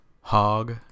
Hog